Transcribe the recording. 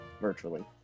virtually